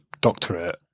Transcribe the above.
doctorate